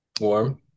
warm